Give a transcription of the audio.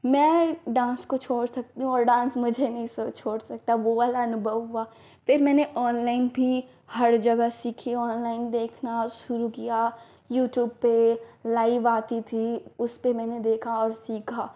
मैं डान्स को छोड़ सकती हूँ और डान्स मुझे नहीं सो छोड़ सकता वह वाला अनुभव हुआ फिर मैंने ऑनलाइन भी हर जगह सीखा ऑनलाइन देखना शुरू किया यूट्यूब पर लाइव आता था उसपर मैंने देखा और सीखा